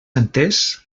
entès